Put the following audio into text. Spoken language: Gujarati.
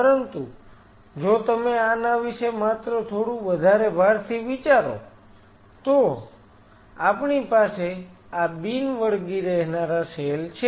પરંતુ જો તમે આના વિશે માત્ર થોડું વધારે ભારથી વિચારો તો આપણી પાસે આ બિન વળગી રહેનારા સેલ છે